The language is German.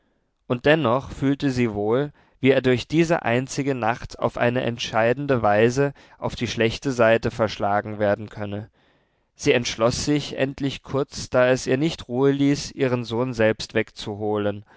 und dennoch fühlte sie wohl wie er durch diese einzige nacht auf eine entscheidende weise auf die schlechte seite verschlagen werden könne sie entschloß sich endlich kurz da es ihr nicht ruhe ließ ihren sohn selbst wegzuholen